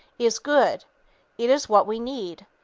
is good it is what we need.